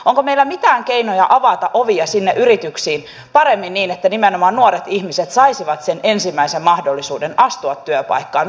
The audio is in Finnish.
onko meillä mitään keinoja avata ovia sinne yrityksiin paremmin niin että nimenomaan nuoret ihmiset saisivat sen ensimmäisen mahdollisuuden astua työpaikkaan